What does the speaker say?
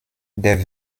der